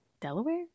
delaware